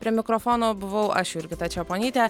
prie mikrofono buvau aš jurgita čeponytė